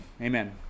amen